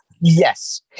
Yes